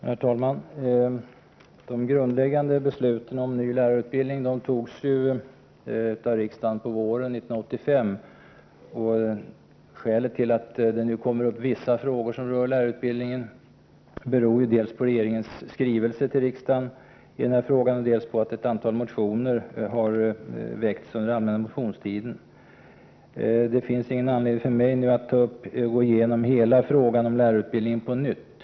Herr talman! De grundläggande besluten om en ny lärarutbildning togs ju av riksdagen på våren 1985, och skälet till att det nu kommer upp vissa frågor som berör lärarutbildningen är dels regeringens skrivelse till riksdagen i frågan, dels att ett antal motioner har väckts under den allmänna motionstiden. Det finns ingen anledning för mig att nu gå igenom hela frågan om lärarutbildningen på nytt.